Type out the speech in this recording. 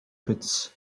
pits